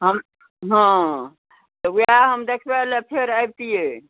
हम हँ तऽ वएह हम देखबै लऽ फेर अइबतिए